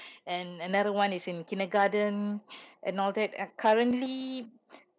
and another one is in kindergarten and all that and currently